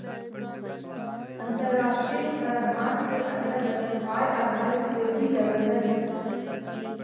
अन्तराष्ट्रिय कराधान के अन्तरगत आय आधारित लेवी लगअ हई